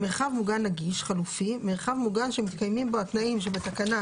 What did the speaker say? "מרחב מוגן נגיש חלופי" - מרחב מוגן שמתקיימים בו התנאים שבתקנה